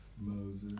Moses